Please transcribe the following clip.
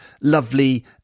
lovely